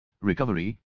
recovery